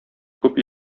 күп